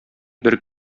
бер